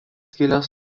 kilęs